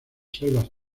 selvas